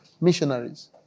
Missionaries